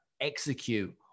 execute